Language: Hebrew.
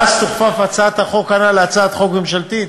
ואז תוכפף הצעת החוק הנ"ל להצעת חוק ממשלתית,